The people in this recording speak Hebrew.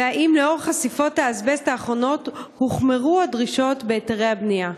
2. האם לנוכח חשיפות האזבסט האחרונות הוחמרו הדרישות בהיתרי הבנייה?